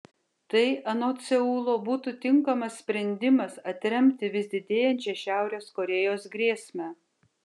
tai anot seulo būtų tinkamas sprendimas atremti vis didėjančią šiaurės korėjos grėsmę